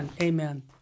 Amen